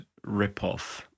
ripoff